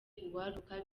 urwaruka